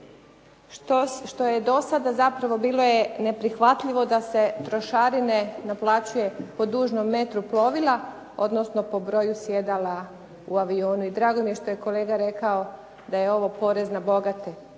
što je do sada zapravo bilo je neprihvatljivo da se trošarine naplaćuju po dužnom metru plovila, odnosno po broju sjedala u avionu. I drago mi je da je kolega rekao da je ovo porez na bogate.